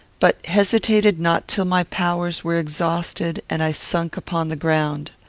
but hesitated not till my powers were exhausted and i sunk upon the ground.